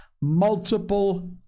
multiple